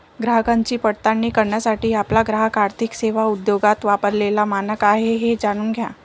ग्राहकांची पडताळणी करण्यासाठी आपला ग्राहक आर्थिक सेवा उद्योगात वापरलेला मानक आहे हे जाणून घ्या